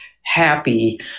happy